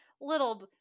little